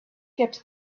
kept